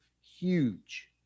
huge